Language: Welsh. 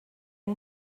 yng